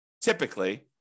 typically